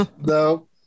No